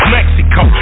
Mexico